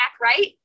right